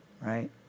right